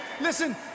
listen